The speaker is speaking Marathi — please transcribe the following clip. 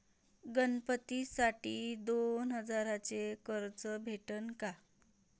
गणपतीसाठी दोन हजाराचे कर्ज भेटन का?